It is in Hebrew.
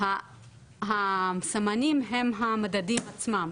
הסמנים הם המדדים עצמם.